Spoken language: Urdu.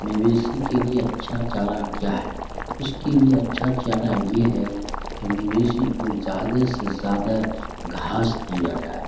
مویشی کے لیے اچھا چارہ کیا ہے اس کے لیے اچھا چارہ یہ ہے کہ مویشی کو زیادہ سے زیادہ گھاس دیا جائے